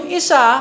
isa